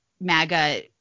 MAGA